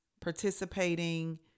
participating